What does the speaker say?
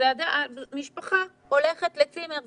משפחה הולכת לצימר,